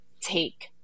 take